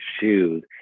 shoes